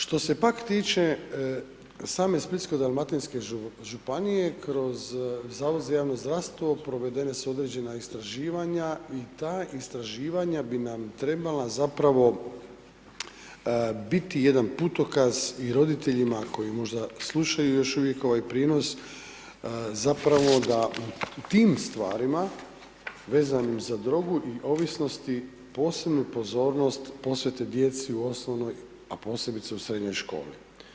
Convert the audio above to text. Što se pak tiče, same Splitsko-dalmatinske županije kroz Zavod za javno zdravstvo provedene su određena istraživanja i ta istraživanja bi nam trebala zapravo biti jedan putokaz i roditeljima koji možda slušaju još uvijek ovaj prijenos zapravo da u tim stvarima vezanim za drogu i ovisnosti posebnu pozornost posvete djeci u osnovnoj, a posebice u srednjoj školi.